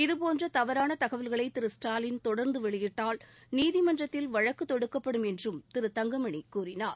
இதுபோன்ற தவறான தகவல்களை திரு ஸ்டாலின் தொடர்ந்து வெளியிட்டால் நீதிமன்றத்தில் தொடுக்கப்படும் வழக்கு என்றம் திரு தங்கமணி கூறினார்